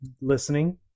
listening